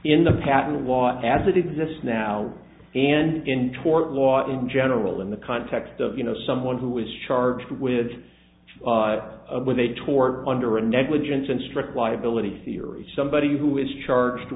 in the patent law as it exists now and in tort law in general in the context of you know someone who is charged with with a tort under a negligence and strict liability theory somebody who is charged